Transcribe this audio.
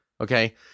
Okay